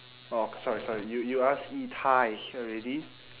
oh sorry sorry you you ask yi tai here already